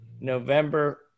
November